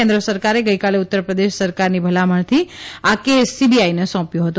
કેન્દ્ર સરકારે ગઇકાલે ઉત્તર પ્રદેશ સરકારની ભલામણથી આ કેસ સીબીઆઇને સોંપ્યો હતો